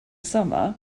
summer